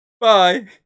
Bye